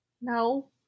No